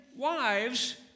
Wives